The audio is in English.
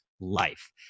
life